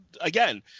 again